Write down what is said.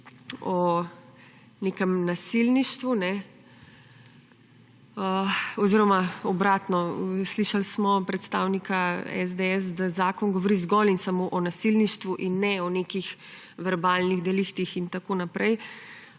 o nekem nasilništvu oziroma obratno, slišali smo predstavnika SDS, da zakon govori zgolj in samo o nasilništvu in ne o nekih verbalnih deliktih in tako naprej,